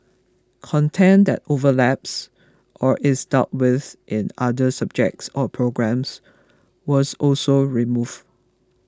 content that overlaps or is dealt with in other subjects or programmes was also removed